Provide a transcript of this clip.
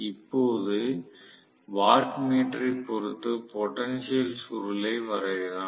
இப்போது வாட் மீட்டரைப் பொருத்து பொடென்ஷியல் சுருளை வரையலாம்